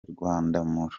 rwandamura